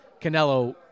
Canelo